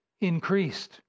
increased